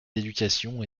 d’éducation